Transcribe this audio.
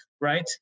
right